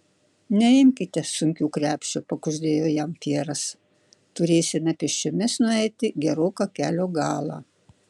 neimkite sunkių krepšių pakuždėjo jam pjeras turėsime pėsčiomis nueiti geroką kelio galą